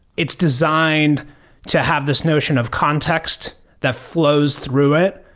it's designed to have this notion of context that flows through it,